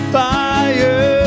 fire